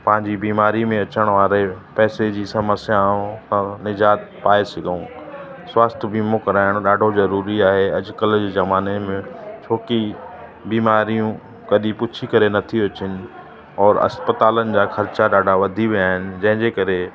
पंहिंजी बीमारी में अचण वारे पैसे जी समस्याऊं सां निजाद पाए सघूं स्वस्थ्य बीमो कराइण ॾाढो ज़रूरी आहे अॼुकल्ह जी ज़माने में छो कि बीमारियूं कॾहिंं पुछी करे नथियूं अचनि और इस्पतालनि जा ख़र्चा ॾाढा वधी विया आहिनि जंहिं जे करे